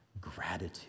gratitude